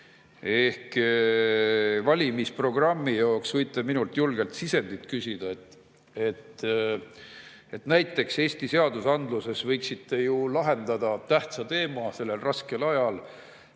valimisprogrammi jaoks võite minult julgelt sisendit küsida. Näiteks Eesti seadusandluses võiksite lahendada tähtsa probleemi sellel raskel ajal,